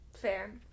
Fair